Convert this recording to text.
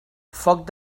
foc